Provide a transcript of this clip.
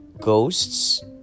ghosts